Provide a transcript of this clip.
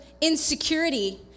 insecurity